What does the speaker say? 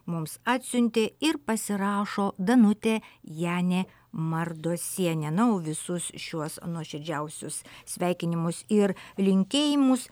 mums atsiuntė ir pasirašo danutė janė mardosienė na o visus šiuos nuoširdžiausius sveikinimus ir linkėjimus